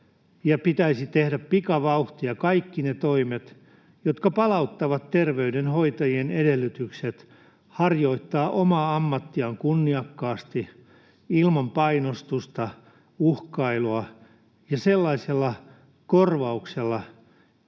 pitäisi tehdä pikavauhtia kaikki ne toimet, jotka palauttavat terveydenhoitajien edellytykset harjoittaa omaa ammattiaan kunniakkaasti, ilman painostusta ja uhkailua, ja heitä tulisi tukea